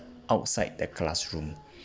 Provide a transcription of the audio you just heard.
outside the classroom